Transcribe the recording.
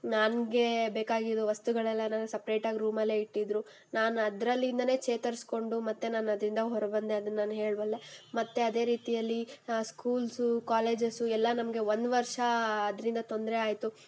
ನನಗೆ ಬೇಕಾಗಿರೋ ವಸ್ತುಗಳೆಲ್ಲ ನನಗೆ ಸಪ್ರೇಟಾಗಿ ರೂಮಲ್ಲೇ ಇಟ್ಟಿದ್ದರು ನಾನು ಅದರಲ್ಲಿಂದಲೇ ಚೇತರಿಸಿಕೊಂಡು ಮತ್ತೆ ನಾನು ಅದರಿಂದ ಹೊರಬಂದೆ ಅದನ್ನು ನಾನು ಹೇಳಬಲ್ಲೇ ಮತ್ತೆ ಅದೇ ರೀತಿಯಲ್ಲಿ ಸ್ಕೂಲ್ಸು ಕಾಲೇಜಸ್ಸು ಎಲ್ಲ ನಮಗೆ ಒಂದು ವರ್ಷ ಅದರಿಂದ ತೊಂದರೆ ಆಯಿತು